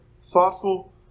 Thoughtful